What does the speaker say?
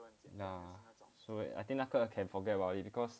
ya so I think 那个 can forget about it because